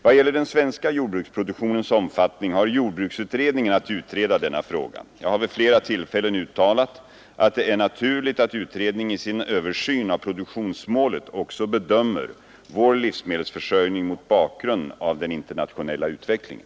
Vad gäller den svenska jordbruksproduktionens omfattning har jordbruksutredningen att utreda denna fråga. Jag har vid flera tillfällen uttalat att det är naturligt att utredningen i sin översyn av produktionsmålet också bedömer vår livsmedelsförsörjning mot bakgrund av den internationella utvecklingen.